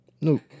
No